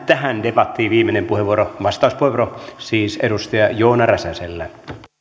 tähän debattiin viimeinen vastauspuheenvuoro edustaja joona räsäselle